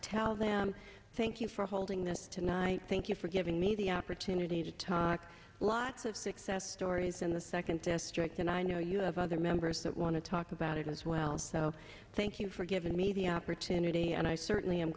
tell them thank you for holding this to night thank you for giving me the opportunity to talk lots of success stories in the second district and i know you have other members that want to talk about it as well so thank you for giving me the opportunity and i certainly am